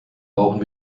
brauchen